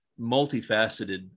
multifaceted